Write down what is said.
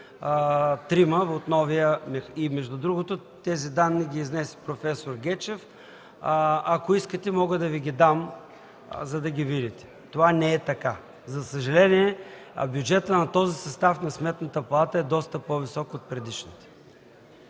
била с трима. Между другото тези данни ги изнесе проф. Гечев. Ако искате, мога да Ви ги дам, за да ги видите. Това не е така. За съжаление бюджетът на този състав на Сметната палата е доста по-висок от предишните.